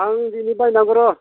आं दिनै बायनांगौ र'